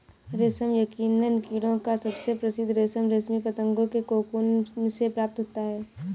रेशम यकीनन कीड़ों का सबसे प्रसिद्ध रेशम रेशमी पतंगों के कोकून से प्राप्त होता है